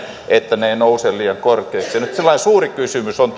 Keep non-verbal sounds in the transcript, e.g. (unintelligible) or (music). että hinnat eivät nouse liian korkeiksi nyt sellainen suuri kysymys on (unintelligible)